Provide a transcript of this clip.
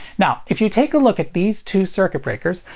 now, if you take a look at these two circuit breakers,